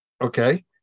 Okay